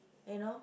you know